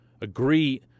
agree